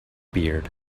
beard